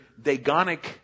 Dagonic